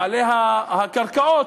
בעלי הקרקעות,